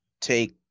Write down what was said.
take